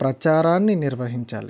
ప్రచారాన్నీ నిర్వహించాలి